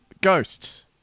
Ghosts